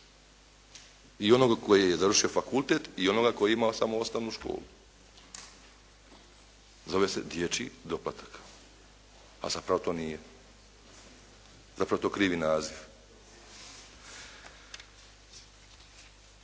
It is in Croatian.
i onoga koji je završio fakultet i onoga koji ima samo osnovnu školu. Zove se dječji doplatak, a zapravo to nije. Zapravo je to krivi naziv.